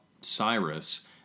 Cyrus